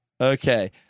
Okay